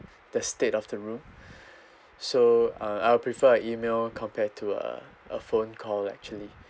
the state of the room so uh I'll prefer a email compared to a a phone call actually